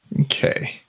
Okay